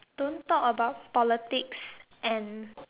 don't talk about politics and